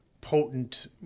potent